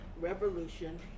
revolution